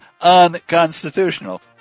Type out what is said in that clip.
unconstitutional